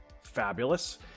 fabulous